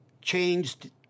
changed